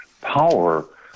power